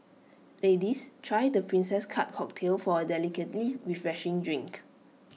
ladies try the princess cut cocktail for A delicately refreshing drink